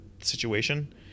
situation